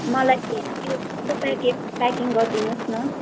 मलाई त्यो जुन चाहिँ प्याकेटको प्याकिङ गरिदिनु होस् न